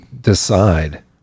decide